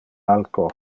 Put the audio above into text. alco